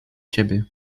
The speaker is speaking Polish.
ciebie